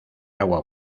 agua